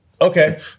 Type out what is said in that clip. Okay